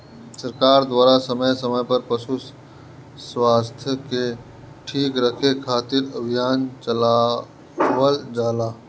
सरकार द्वारा समय समय पर पशु स्वास्थ्य के ठीक रखे खातिर अभियान चलावल जाला